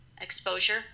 exposure